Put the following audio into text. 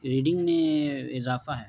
reading میں اضافہ ہے